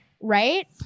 right